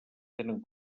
tenen